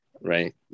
right